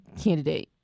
candidate